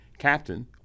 captain